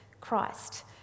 Christ